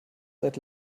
seit